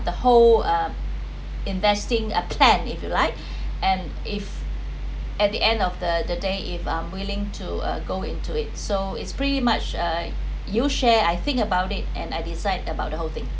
the whole uh investing a plan if you like and if at the end of the the day if I'm willing to uh go into it so it's pretty much uh you share I think about it and I decide about the whole thing